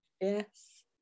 Yes